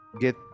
get